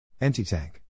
Anti-tank